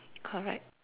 correct